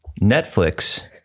Netflix